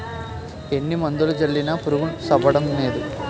ఎన్ని మందులు జల్లినా పురుగు సవ్వడంనేదు